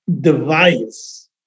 Device